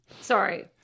Sorry